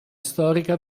storica